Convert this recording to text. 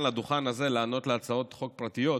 לדוכן הזה לענות על הצעות חוק פרטיות,